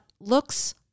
looks